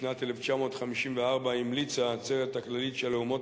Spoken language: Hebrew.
בשנת 1954 המליצה העצרת הכללית של האומות